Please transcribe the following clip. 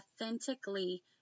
authentically